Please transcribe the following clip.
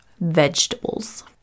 vegetables